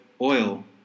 oil